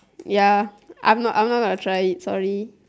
ya I'm not gonna try it sorry